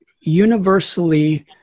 universally